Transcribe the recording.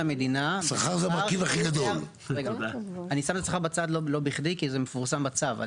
אני שם את השכר בצד לא בכדי כי זה מפורסם בצו.